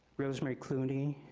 rosemary clooney,